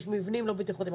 יש מבנים לא בטיחותיים,